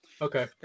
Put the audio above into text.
Okay